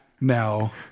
now